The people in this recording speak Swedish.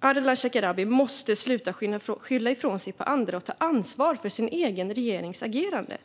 Ardalan Shekarabi måste sluta skylla ifrån sig på andra och ta ansvar för sin egen regerings agerande.